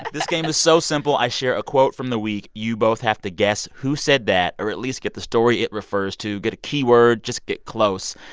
this game is so simple. i share a quote from the week. you both have to guess who said that or at least get the story it refers to, get a key word. just get close.